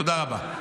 תודה רבה.